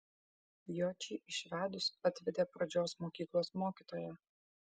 jočį išvedus atvedė pradžios mokyklos mokytoją